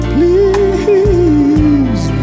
Please